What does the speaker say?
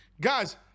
Guys